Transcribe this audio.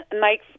Mike